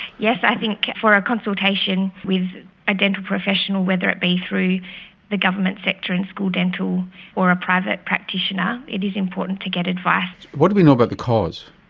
yes, i think for a consultation with a dental professional, whether it be through the government sector in school dental or a private practitioner, it is important to get advice. what do we know about the cause?